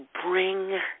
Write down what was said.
bring